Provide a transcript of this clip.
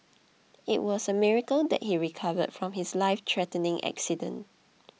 it was a miracle that he recovered from his lifethreatening accident